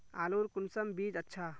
आलूर कुंसम बीज अच्छा?